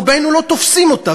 רובנו לא תופסים אותה,